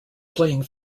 playing